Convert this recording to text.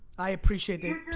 i appreciate it,